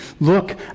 look